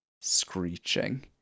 screeching